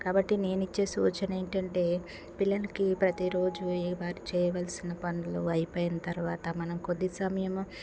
కాబట్టి నేను ఇచ్చే సూచన ఏంటంటే పిల్లలకి ప్రతిరోజు ఏ వారు చేయవలసిన పనులు అయిపోయిన తర్వాత మనం కొద్ది సమయము